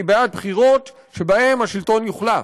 אני בעד בחירות שבהן השלטון יוחלף.